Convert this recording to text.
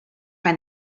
find